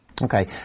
Okay